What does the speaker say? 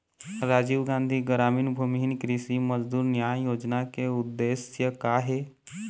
राजीव गांधी गरामीन भूमिहीन कृषि मजदूर न्याय योजना के उद्देश्य का हे?